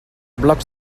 blocs